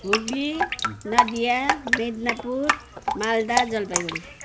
Hooghly Nadia Midnapore Malda Jalpaiguri